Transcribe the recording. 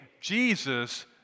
Jesus